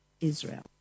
Israel